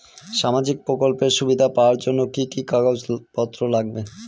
সামাজিক প্রকল্পের সুবিধা পাওয়ার জন্য কি কি কাগজ পত্র লাগবে?